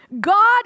God